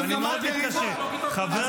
בשנה שעברה, 244. 2023